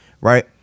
right